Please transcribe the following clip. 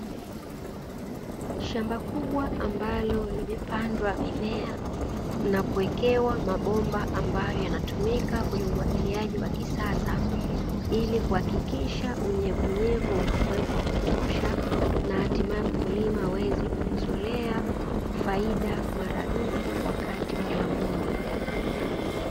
Shamba kubwa ambalo limepandwa mimea na kuwekewa mabomba ambayo yanatumika kwenye umwagiliaji wa kisasa ili kuhakikisha unyevunyevu unakuweko wa kutosha, na hatimaye mkulima aweze kujizolea faida maradufu wakati wa mavuno.